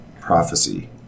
prophecy